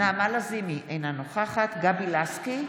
נעמה לזימי, אינה נוכחת גבי לסקי,